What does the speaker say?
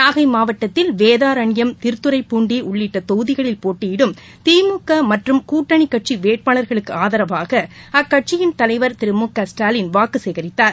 நாகை மாவட்டத்தில் வேதாரண்யம் திருத்துறைப்பூண்டி உள்ளிட்ட தொகுதிகளில் போட்டியிடும் திமுக மற்றம் கூட்டணிக்கட்சி வேட்பாளர்களுக்கு ஆதரவாக அக்கட்சியின் தலைவர் திரு மு க ஸ்டாலின் வாக்கு சேகரித்தார்